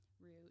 root